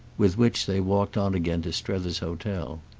with which they walked on again to strether's hotel.